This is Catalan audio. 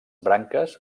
branques